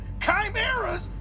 chimeras